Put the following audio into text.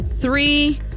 Three